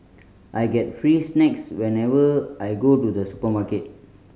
I get free snacks whenever I go to the supermarket